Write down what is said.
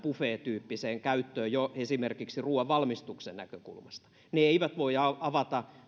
buffet tyyppiseen käyttöön jo esimerkiksi ruuan valmistuksen näkökulmasta ne eivät voi avata